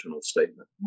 statement